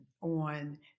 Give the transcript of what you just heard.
on